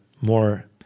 more